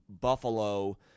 Buffalo